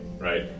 right